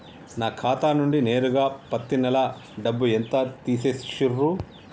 నా ఖాతా నుండి నేరుగా పత్తి నెల డబ్బు ఎంత తీసేశిర్రు?